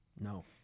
No